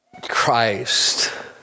Christ